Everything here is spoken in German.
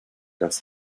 das